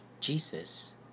Jesus